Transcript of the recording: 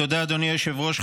תודה, אדוני היושב-ראש.